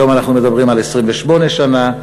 היום אנחנו מדברים על 28 שנה,